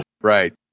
Right